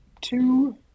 two